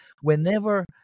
whenever